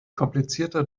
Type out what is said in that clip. komplizierter